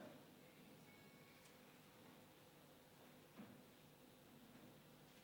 (חברי הכנסת מקדמים בקימה את פני נשיא המדינה.) נא